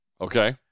Okay